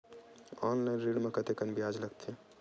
Online ऋण म कतेकन ब्याज लगथे?